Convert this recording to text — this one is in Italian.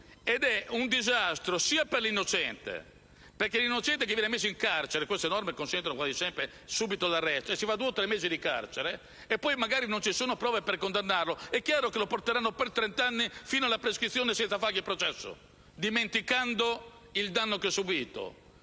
È un disastro per l'innocente, perché l'innocente che viene messo in carcere - queste norme consentono quasi sempre subito l'arresto - si fa due o tre mesi di carcere e poi magari non ci sono prove per condannarlo; è chiaro che lo porteranno per trent'anni fino alla prescrizione senza fargli il processo, dimenticando il danno che ha subìto.